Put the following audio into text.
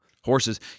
Horses